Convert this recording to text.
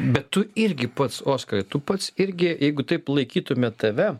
bet tu irgi pats oskarai tu pats irgi jeigu taip laikytume tave